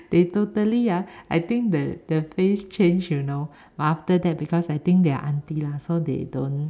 they totally ah I think the the face change you know but after that because I think they're auntie lah so they don't